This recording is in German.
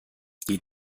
die